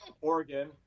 oregon